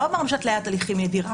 לא אמרנו שהתליית הליכים נדירה,